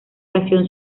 canción